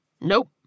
Nope